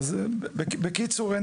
אז בקיצור,